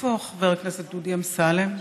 איפה חבר הכנסת דודי אמסלם?